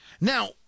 Now